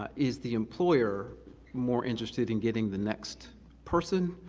ah is the employer more interested in getting the next person,